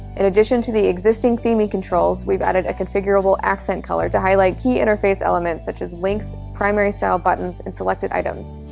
in addition to the existing theme and controls, we've added a configurable accent color to highlight key interface elements such as links, primary style buttons, and selected items.